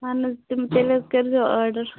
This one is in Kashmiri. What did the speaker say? اہن حَظ تیٚلہِ حَظ کٔرۍ زیو آرڈر